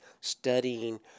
studying